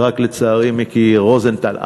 שלצערי רק מיקי רוזנטל,